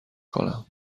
کنم